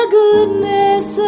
goodness